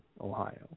Ohio